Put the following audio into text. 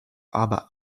aber